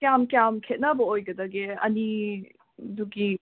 ꯀꯌꯥꯝ ꯀꯌꯥꯝ ꯈꯦꯠꯅꯕ ꯑꯣꯏꯒꯗꯒꯦ ꯑꯅꯤꯗꯨꯒꯤ